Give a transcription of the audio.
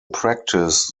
practice